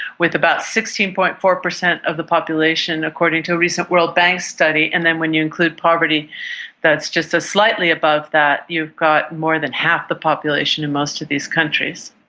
with about sixteen. four percent of the population, according to a recent world bank study, and then when you include poverty that's just slightly above that, you've got more than half the population of most of these countries.